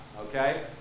okay